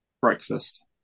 Breakfast